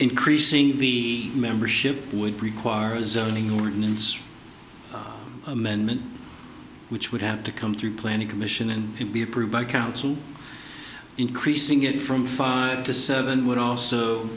increasing the membership would prequel are a zoning ordinance amendment which would have to come through planning commission and be approved by council increasing it from five to seven would also